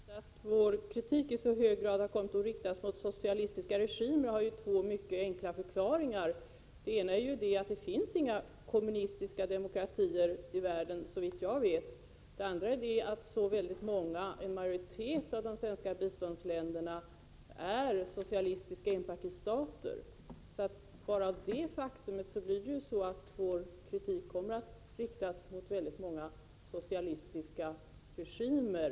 Herr talman! Att vår kritik i så hög grad har kommit att riktas mot socialistiska regimer har två mycket enkla förklaringar, Oswald Söderqvist. Den ena är att det inte finns några kommunistiska demokratier i världen, såvitt jag vet. Den andra är att en majoritet av de svenska biståndsländerna är socialistiska enpartistater. Bara detta faktum leder till att vår kritik kommer att riktas mot väldigt många socialistiska regimer.